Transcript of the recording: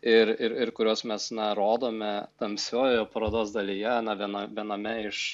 ir ir ir kuriuos mes na rodome tamsiojoje parodos dalyje na viena viename iš